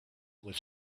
with